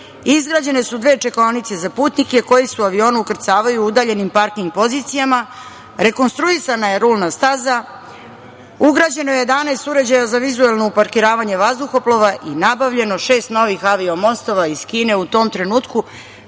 izgrađene su dve čekaonice za putnike koji se u avione ukrcavaju udaljenim parking pozicijama, rekonstruisana je rulna staza, ugrađeno je 11 uređaja za vizuelno uparkiravanje vazduhoplova i nabavljeno šest novih avio mostova iz Kine. Zaustaviću